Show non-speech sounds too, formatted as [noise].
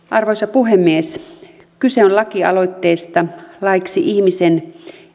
[unintelligible] arvoisa puhemies kyse on lakialoitteesta laiksi ihmisen